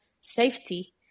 safety